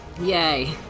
Yay